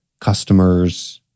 customers